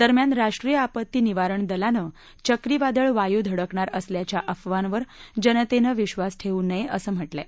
दरम्यान राष्ट्रीय आपत्ती निवारण दलानं चक्रीवादळ वायू धडकणार असल्याच्या अफवांर जनतेनं विश्वास ठेवू नये असं म्हटलंय